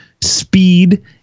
speed